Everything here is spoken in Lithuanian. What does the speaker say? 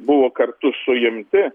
buvo kartu suimti